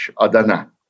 Adana